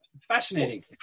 Fascinating